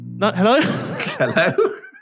Hello